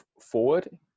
forward